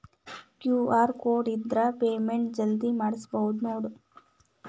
QR code ಇದ್ರ payment ಜಲ್ದಿ ಮಾಡಬಹುದು ನೋಡ್